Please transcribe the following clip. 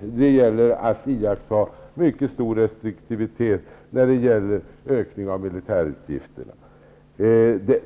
det gäller att iaktta mycket stor restriktivitet med ökning av militärutgifterna.